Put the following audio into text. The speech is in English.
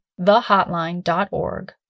thehotline.org